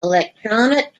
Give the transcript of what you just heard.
electronic